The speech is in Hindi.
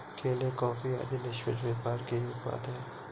केले, कॉफी आदि निष्पक्ष व्यापार के ही उत्पाद हैं